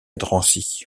drancy